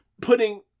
putting